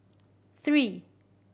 three